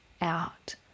out